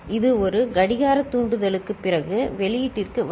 இது ஒரு கடிகார தூண்டுதலுக்குப் பிறகு வெளியீட்டிற்கு வரும்